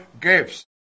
gifts